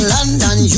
London